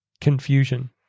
confusion